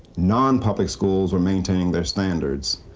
non-public schools are maintaining their standards.